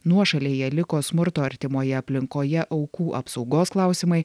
nuošalėje liko smurto artimoje aplinkoje aukų apsaugos klausimai